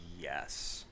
Yes